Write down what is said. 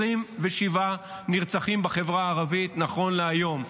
27 נרצחים בחברה הערבית נכון להיום.